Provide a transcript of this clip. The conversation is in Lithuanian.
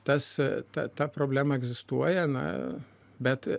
tąsa ta ta problema egzistuoja na bet